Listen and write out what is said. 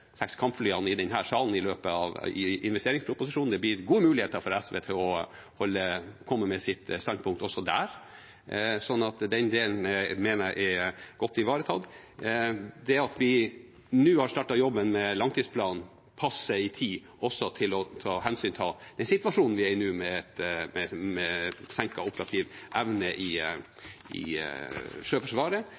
kampflyene i denne salen i forbindelse med investeringsproposisjonen. Det blir gode muligheter for SV til å komme med sitt standpunkt også der, så den delen mener jeg er godt ivaretatt. Det at vi nå har startet jobben med langtidsplanen, passer også i tid når det gjelder å ta hensyn til den situasjonen vi er i nå, med senket operativ evne i Sjøforsvaret. Det blir en naturlig del av det arbeidet vi skal gå i